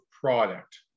product